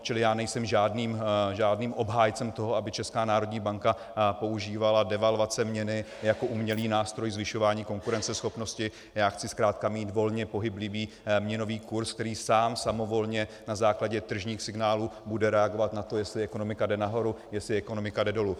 Čili já nejsem žádným obhájcem toho, aby Česká národní banka používala devalvace měny jako umělý nástroj zvyšování konkurenceschopnosti, já chci zkrátka mít volně pohyblivý měnový kurz, který sám, samovolně na základě tržních signálů bude reagovat na to, jestli ekonomika jde nahoru, jestli ekonomika jde dolů.